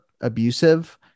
abusive